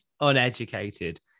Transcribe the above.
uneducated